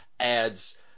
adds